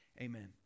Amen